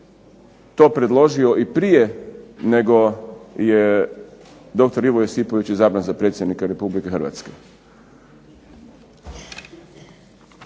to predložio i prije nego je dr. Ivo Josipović izabran za predsjednika Republike Hrvatske.